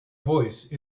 voice